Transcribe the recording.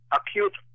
acute